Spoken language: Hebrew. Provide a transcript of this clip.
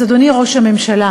אז, אדוני ראש הממשלה,